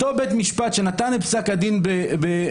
אותו בית משפט שנתן את פסק הדין בעפולה,